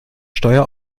steuer